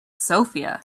sofia